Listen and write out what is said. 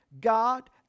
God